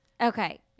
Okay